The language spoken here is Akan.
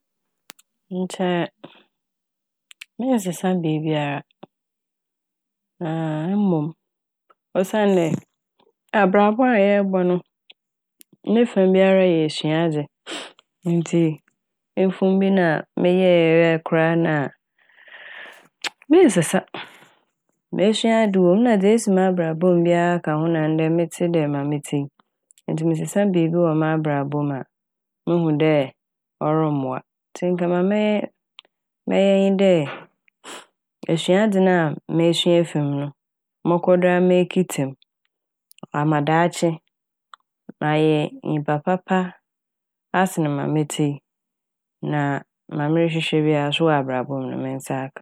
Ntsi a mennsesa biibiara na a mom osiandɛ abrabɔ a yɛrobɔ no ne fa biara yɛ esuadze ntsi mfom bi na meyɛe koraa na a mennsesa. Mesua ade wɔ mu nna dza oesi wɔ m'abrabɔ mu bia ka ho na ndɛ metse dɛ ma metse yi. Ntsi mesesa biibi wɔ m'abrabɔ mu a muhu dɛ ɔrommboa. Ntsi nka ma mɛyɛ mɛyɛ nye dɛ esuadze na mesua efi mu no mɔkɔ do a na mekitsa m' ama daakye mayɛ nyimpa papa asen ma metse yi na ma merehwehwɛ bia so wɔ abrabɔ mu no me nsa aka.